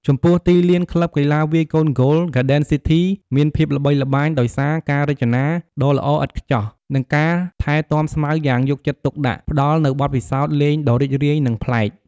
ចំពោះទីលាន ក្លឹបកីឡាវាយកូនហ្គោល ហ្គាដិនស៊ីធី មានភាពល្បីល្បាញដោយសារការរចនាដ៏ល្អឥតខ្ចោះ និងការថែទាំស្មៅយ៉ាងយកចិត្តទុកដាក់ ផ្ដល់នូវបទពិសោធន៍លេងដ៏រីករាយ និងប្លែក។